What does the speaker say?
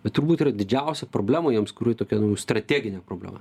bet turbūt yra didžiausia problema jiems kurių tokia strateginė problema